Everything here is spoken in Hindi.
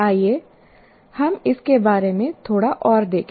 आइए हम इसके बारे में थोड़ा और देखें